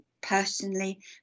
personally